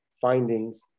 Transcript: Findings